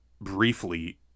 briefly